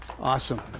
Awesome